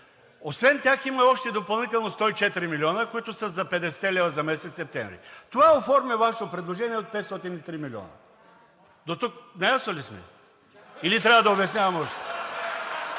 Освен тях има и още допълнително 104 милиона, които са за петдесетте лева за месец септември. Това оформя Вашето предложение от 503 милиона. Дотук наясно ли сме, или трябва да обяснявам още?!